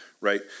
Right